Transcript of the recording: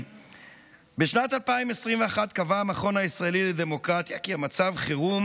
בשנת 2021 קבע המכון הישראלי לדמוקרטיה כי מצב החירום